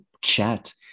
chat